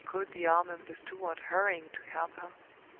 she caught the arm of the steward hurrying to help her,